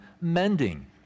mending